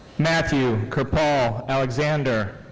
matthew kerpal alexander.